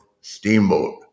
steamboat